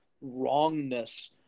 wrongness